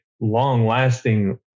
long-lasting